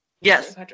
Yes